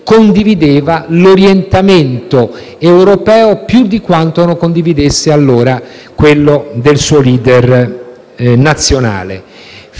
condivideva l'orientamento europeo più di quanto non condividesse allora quello del suo *leader* nazionale,